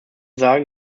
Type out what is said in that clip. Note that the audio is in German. sagen